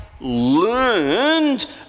learned